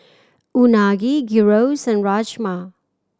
Unagi Gyros and Rajma